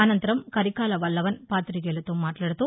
అనంతరం కరికాల వల్లవన్ పాతికేయులతో మాట్లాడుతూ